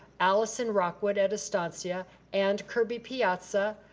allison rockwood at astancia and kirby piazza,